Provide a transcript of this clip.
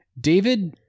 David